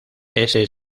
ese